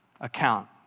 account